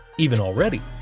even already,